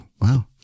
wow